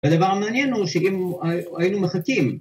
‫הדבר המעניין הוא שאם היינו מחכים...